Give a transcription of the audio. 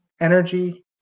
energy